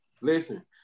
listen